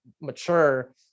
mature